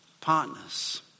partners